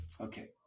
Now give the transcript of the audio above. Okay